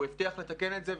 הוא הבטיח לתקן את זה,